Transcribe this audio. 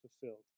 fulfilled